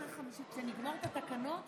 חברת הכנסת מלינובסקי.